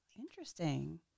Interesting